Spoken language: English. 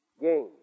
Gain